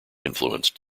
influenced